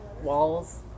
walls